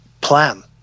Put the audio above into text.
plan